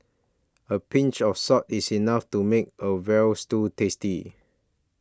a pinch of salt is enough to make a Veal Stew tasty